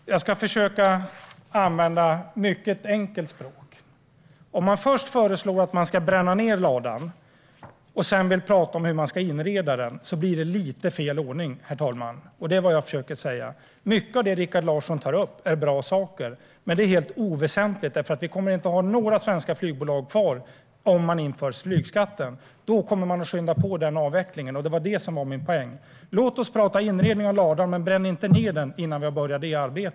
Herr talman! Jag ska försöka att använda mycket enkelt språk. Om man först föreslår att man ska bränna ned ladan och sedan vill prata om hur man ska inreda den blir det lite fel ordning, herr talman. Det är det jag försöker säga. Mycket av det Rikard Larsson tar upp är bra saker. Men det är helt oväsentligt, för vi kommer inte att ha några svenska flygbolag kvar om man inför flygskatten. Då kommer man att skynda på avvecklingen, och det var det som var min poäng. Låt oss prata inredning av ladan, men bränn inte ned den innan vi har påbörjat detta arbete!